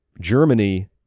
Germany